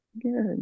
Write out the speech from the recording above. Good